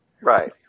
Right